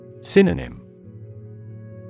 Synonym